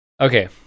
Okay